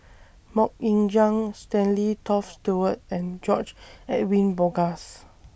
Mok Ying Jang Stanley Toft Stewart and George Edwin Bogaars